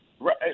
Right